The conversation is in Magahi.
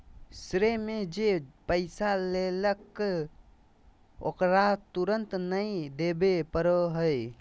श्रेय में जे पैसा लेलकय ओकरा तुरंत नय देबे पड़ो हइ